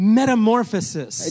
metamorphosis